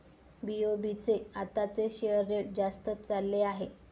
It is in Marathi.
बी.ओ.बी चे आताचे शेअर रेट जास्तच चालले आहे